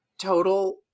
total